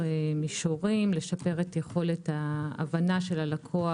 מישורים: לשפר את יכולת ההבנה של הלקוח,